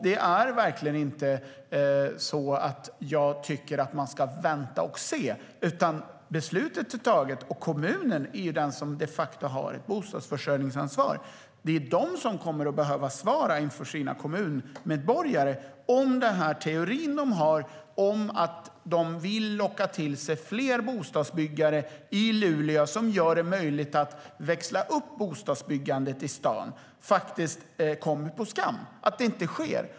Det är verkligen inte så att jag tycker att man ska vänta och se. Beslutet är taget, och kommunen är den som de facto har ett bostadsförsörjningsansvar. Det är kommunen som kommer att behöva stå till svars inför sina kommunmedborgare om den teori som man har kommer på skam - teorin handlar om att man vill locka till sig fler bostadsbyggare i Luleå, som ska göra det möjligt att växla upp bostadsbyggandet i staden.